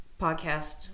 podcast